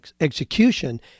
execution